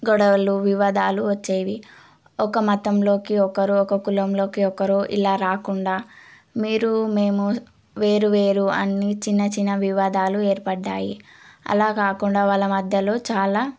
గొడవలు వివాదాలు వచ్చేవి ఒక మతంలోకి ఒకరు ఒక కులంలోకి ఒకరు ఇలా రాకుండా మీరు మేము వేరువేరు అన్ని చిన్నచిన్న వివాదాలు ఏర్పడ్డాయి అలా కాకుండా వాళ్ళ మధ్యలో చాలా